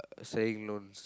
selling loans